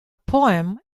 poem